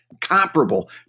comparable